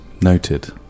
noted